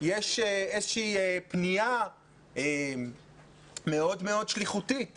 יש איזו פנייה מאוד מאוד שליחותית